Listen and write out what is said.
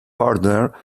partner